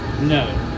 no